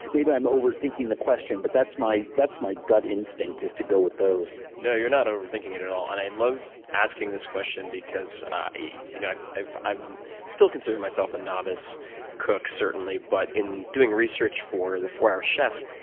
maybe i am overthinking the question, but that's my that's my gut instinct to go with those. no, you're not overthinking it at all. and i love asking this question because i you know i still consider myself a novice cook, certainly, but in doing research for the four hour chef,